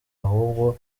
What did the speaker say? ahubwo